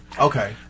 Okay